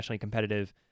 competitive